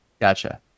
Gotcha